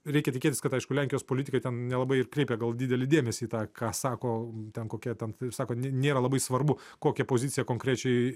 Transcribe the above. reikia tikėtis kad aišku lenkijos politikai ten nelabai ir kreipia gal didelį dėmesį į tą ką sako ten kokia ten sako nėra labai svarbu kokią poziciją konkrečiai